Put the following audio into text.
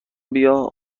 بیا